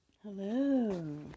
Hello